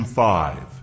five